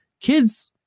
kids